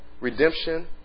redemption